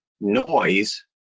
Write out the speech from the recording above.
noise